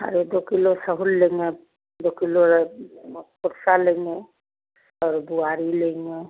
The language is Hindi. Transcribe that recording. अरे दो किलो सहूल लेंगे दो किलो कुरसा लेंगे और बुआरी लेंगे